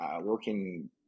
working